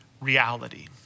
reality